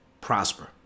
prosper